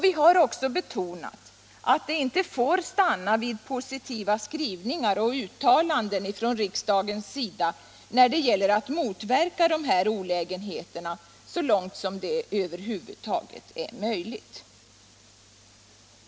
Vi har också betonat att det inte får stanna vid positiva skrivningar och uttalanden från riksdagens sida när det gäller att motverka dessa olägenheter så långt det över huvud taget är möjligt.